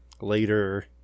later